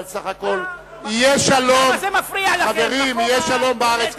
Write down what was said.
אבל סך הכול, חברים, יהיה שלום בארץ.